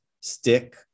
stick